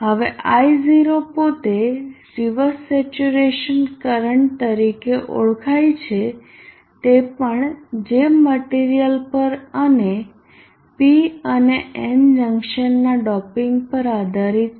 હવે I0 પોતે reverse saturation current તરીકે ઓળખાય છે તે પણ જે મટીરીયલ પર અને P અને N જંકશનના ડોપિંગ પર આધારીત છે